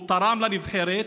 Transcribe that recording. הוא תרם לנבחרת,